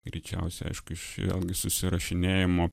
greičiausiai aišku iš vėlgi susirašinėjimo